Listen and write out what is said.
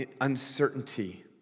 uncertainty